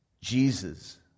Jesus